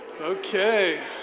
Okay